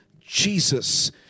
Jesus